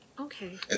Okay